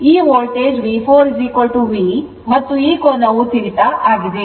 ಮತ್ತು ಈ voltage V4V ಮತ್ತು ಈ ಕೋನವು theta ಆಗಿದೆ